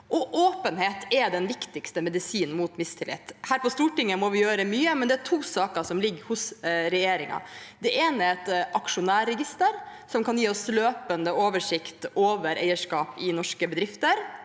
Åpenhet er den viktigste medisinen mot mistillit. Her på Stortinget må vi gjøre mye, men det er to saker som ligger hos regjeringen: Den ene er et aksjonærregister som kan gi oss løpende oversikt over eierskap i norske bedrifter.